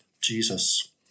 Jesus